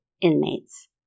inmates